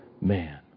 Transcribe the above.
man